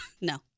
No